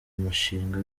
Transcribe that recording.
umushinga